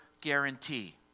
guarantee